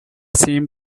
same